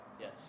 Yes